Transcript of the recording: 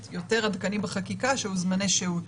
יותר עדכני בחקיקה שהוא זמני שהות.